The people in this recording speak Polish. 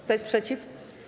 Kto jest przeciw?